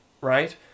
Right